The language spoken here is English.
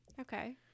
Okay